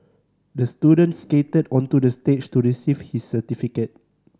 the student skated onto the stage to receive his certificate